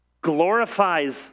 glorifies